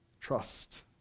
trust